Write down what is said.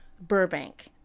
Burbank